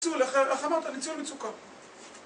איך אמרת? אני ציון מצוקה